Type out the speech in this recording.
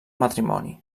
matrimoni